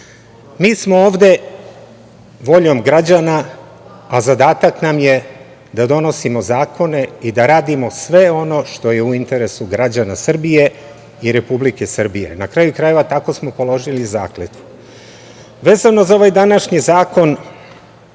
smo ovde voljom građana, a zadatak nam je da donosimo zakone i da radimo sve ono što je u interesu građana Srbije i Republike Srbije, na kraju krajeva, tako smo položili zakletvu. Vezano za ovaj današnji zakon,